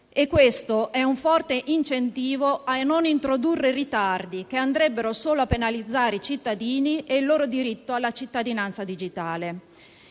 Questo è un forte incentivo a non introdurre ritardi, che andrebbero solo a penalizzare i cittadini e il loro diritto alla cittadinanza digitale.